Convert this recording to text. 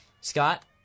Scott